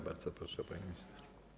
Bardzo proszę, pani minister.